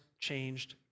changed